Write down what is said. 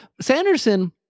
Sanderson